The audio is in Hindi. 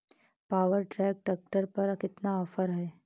पावर ट्रैक ट्रैक्टर पर कितना ऑफर है?